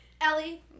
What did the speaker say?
Ellie